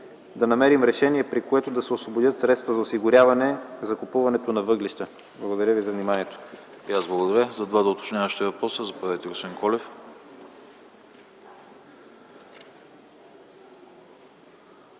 да намерим решение, при което да се освободят средства за осигуряване закупуването на въглища. Благодаря ви за вниманието.